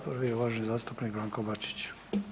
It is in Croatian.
Prvi je uvaženi zastupnik Branko Bačić.